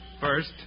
First